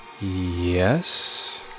Yes